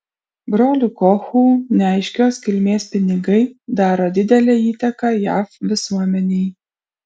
brolių kochų neaiškios kilmės pinigai daro didelę įtaką jav visuomenei